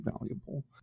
valuable